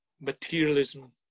materialism